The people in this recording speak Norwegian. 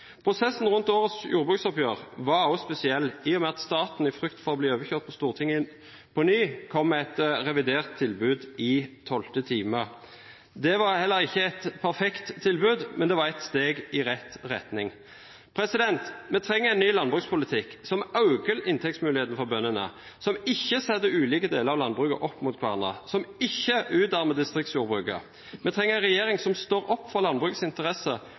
Prosessen rundt årets jordbruksoppgjør var også spesiell, i og med at staten, i frykt for å bli overkjørt i Stortinget på ny, kom med et revidert tilbud i tolvte time. Det var heller ikke et perfekt tilbud, men det var et steg i rett retning. Vi trenger en ny landbrukspolitikk – som øker inntektsmulighetene for bøndene, som ikke setter ulike deler av landbruket opp mot hverandre, som ikke utarmer distriktsjordbruket. Vi trenger en regjering som står opp for landbrukets interesser